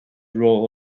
role